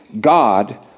God